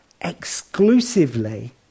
exclusively